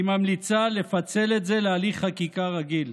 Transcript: היא ממליצה לפצל את זה להליך חקיקה רגיל.